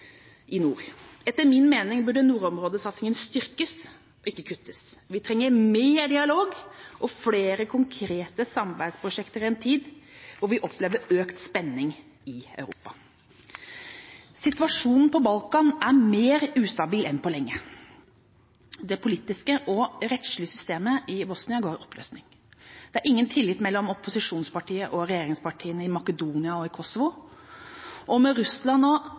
i nord. Etter min mening burde nordområdesatsinga styrkes, ikke kuttes. Vi trenger mer dialog og flere konkrete samarbeidsprosjekter i en tid hvor vi opplever økt spenning i Europa. Situasjonen på Balkan er mer ustabil enn på lenge. Det politiske og rettslige systemet i Bosnia går i oppløsning. Det er ingen tillit mellom opposisjonspartiene og regjeringspartiene i Makedonia og i Kosovo. Russlands og